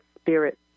spirit